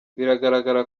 biragaragara